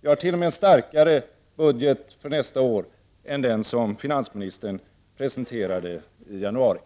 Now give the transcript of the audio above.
Vi förordar t.o.m. en starkare budget för nästa år än den som finansministern presenterade i januari.